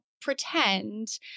pretend